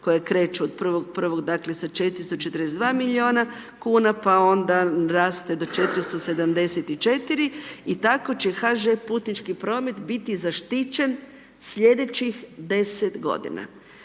koje kreće 1.1., dakle sa 442 milijuna kuna pa onda raste do 474, i tako će HŽ putnički promet biti zaštićen slijedećih 10 godina.